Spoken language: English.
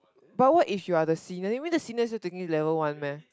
but what if you are the senior you mean the senior still taking level one meh